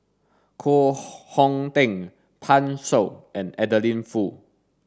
Koh Hong Teng Pan Shou and Adeline Foo